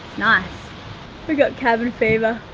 nice. we got cabin fever.